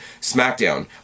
SmackDown